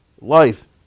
life